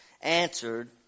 answered